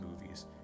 movies